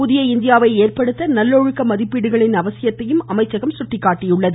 புதிய இந்தியாவை ஏற்படுத்த நல்லொழுக்க மதிப்பீடுகளின் அவசியத்தையும் அமைச்சகம் எடுத்துரைத்தது